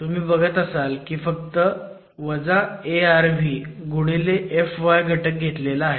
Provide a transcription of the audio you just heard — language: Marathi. तुम्ही बघत असाल की फक्त मायनस Arv गुणिले f y घटक घेतला आहे